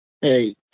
hey